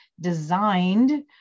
designed